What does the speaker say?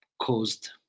caused